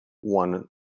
one